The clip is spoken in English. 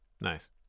Nice